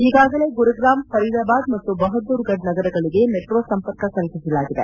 ಈಗಾಗಲೇ ಗುರುಗ್ರಾಮ್ ಫರೀದಾಬಾದ್ ಮತ್ತು ಬಹದ್ದೂರ್ಗಢ ನಗರಗಳಿಗೆ ಮೆಟ್ರೊ ಸಂಪರ್ಕ ಕಲ್ಪಸಲಾಗಿದೆ